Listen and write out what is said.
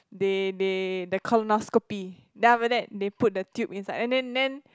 they they the colonoscopy then after that they put the tube inside and then then